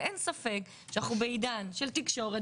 ואין ספק שאנחנו בעידן של תקשורת